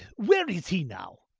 where is he now?